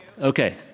Okay